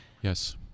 Yes